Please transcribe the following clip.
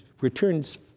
returns